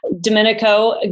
Domenico